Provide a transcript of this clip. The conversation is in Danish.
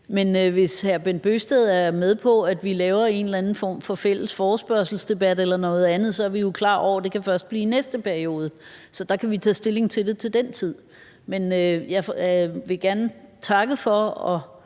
Men hvis hr. Bent Bøgsted er med på, at vi laver en eller anden form for fælles forespørgselsdebat eller noget andet, kan det jo først – det er vi klar over – blive i næste periode. Så der kan vi tage stilling til det til den tid. Men jeg vil gerne takke for det